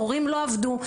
ההורים לא עבדו,